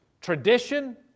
tradition